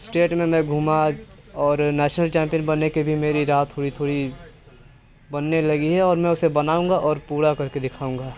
state में मैं घूमा और नेशनल चैंपियन बनने की भी मेरी राह थोड़ी थोड़ी बनने लगी है और मैं उसे बनाऊँगा और पूरा करके दिखाऊँगा